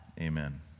Amen